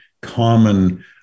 common